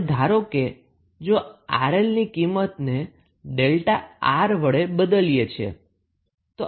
હવે ધારો કે જો 𝑅𝐿 ની કિંમતને 𝛥𝑅 વડે બદલીએ છીએ